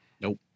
Nope